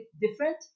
different